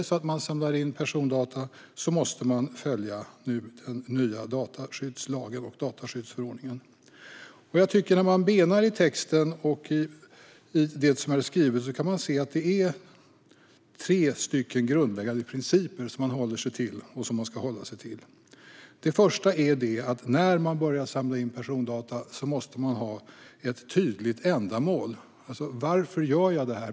Samlar man in persondata måste man följa den nya dataskyddslagen och dataskyddsförordningen. När jag benar i texten kan jag se tre grundläggande principer som man ska hålla sig till. Till att börja med måste man ha ett tydligt ändamål när man börjar samla in persondata. Man måste alltså vara tydlig med varför man gör det.